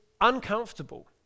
uncomfortable